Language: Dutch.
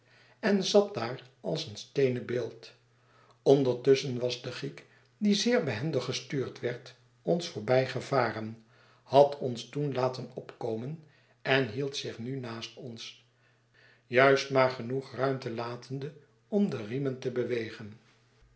en zat daar als een steenen beeld ondertusschen was de giek die zeerbehendig gestuurd werd ons voorbijgevaren had ons toen laten opkomen en hield zich nu naast ons juist maar genoeg ruimte latende om de riemen te bewegen